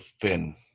thin